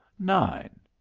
nine.